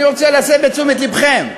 אני רוצה להסב את תשומת לבכם: